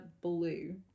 blue